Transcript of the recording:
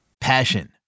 Passion